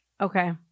okay